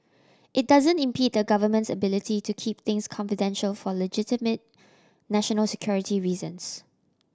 it doesn't impede the Government's ability to keep things confidential for legitimate national security reasons